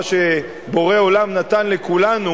מה שבורא עולם נתן לכולנו,